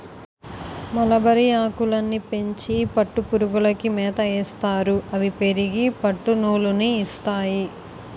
మలబరిఆకులని పెంచి పట్టుపురుగులకి మేతయేస్తారు అవి పెరిగి పట్టునూలు ని ఇస్తాయి